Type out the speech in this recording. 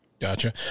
Gotcha